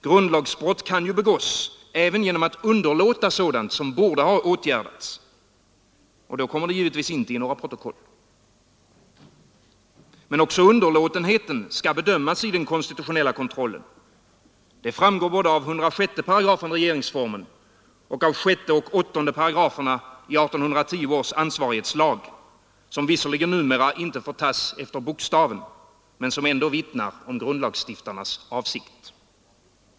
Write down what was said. Grundlagsbrott kan begås även genom att underlåta sådant som borde ha åtgärdats — och då kommer det givetvis inte i några protokoll. Men också underlåtenhet skall bedömas i den konstitutionella kontrollen; det framgår både av 106 § regeringsformen och av 6 och 8 §§ i 1810 års ansvarighetslag, som visserligen numera inte får tas efter bokstaven men som ändå vittnar om grundlagsstiftarnas avsikt.